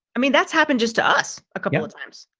i mean, that's happened just to us a couple times.